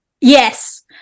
Yes